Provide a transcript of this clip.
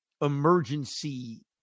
emergency